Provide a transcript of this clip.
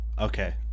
okay